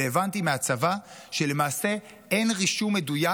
והבנתי מהצבא שלמעשה אין רישום מדויק